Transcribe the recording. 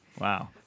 Wow